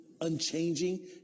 unchanging